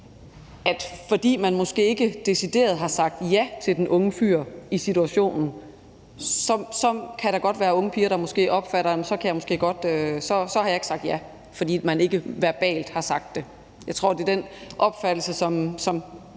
hvis man måske ikke decideret har sagt ja til den unge fyr i situationen; så kan der godt være unge piger, der måske opfatter det sådan, at så har de ikke sagt ja, fordi de ikke verbalt har sagt det. Jeg tror, at det er den opfattelse, som